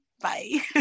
Bye